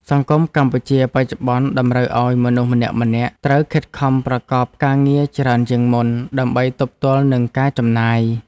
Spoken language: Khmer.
សង្គមកម្ពុជាបច្ចុប្បន្នតម្រូវឱ្យមនុស្សម្នាក់ៗត្រូវខិតខំប្រកបការងារច្រើនជាងមុន ដើម្បីទប់ទល់នឹងការចំណាយ។